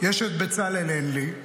יש את בצלאל אין לי,